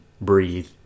breathe